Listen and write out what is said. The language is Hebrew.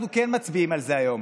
אנחנו כן מצביעים על זה היום,